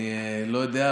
אני לא יודע,